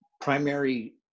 primary